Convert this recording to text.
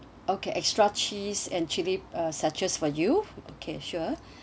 okay extra cheese and chilli uh sachets for you okay sure